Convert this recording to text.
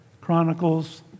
Chronicles